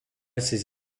ses